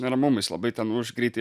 neramumais labai ten už greitai